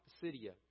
Pisidia